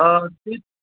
हा ठीक